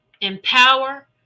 Empower